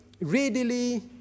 readily